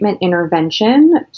intervention